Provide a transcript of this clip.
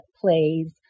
plays